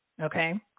Okay